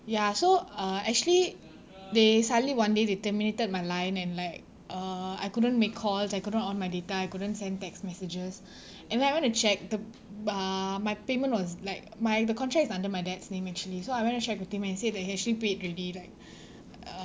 ya so uh actually they suddenly one day they terminated my line and like uh I couldn't make calls I couldn't on my data I couldn't send text messages and then I went to check the p~ uh my payment was like my the contract is under my dad's name actually so I went to check with him and he said that he actually paid already like uh